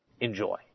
Enjoy